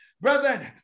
Brethren